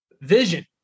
Vision